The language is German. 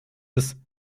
ist